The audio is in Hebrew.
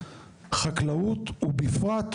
חקלאות ובפרט,